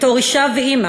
בתור אישה ואימא,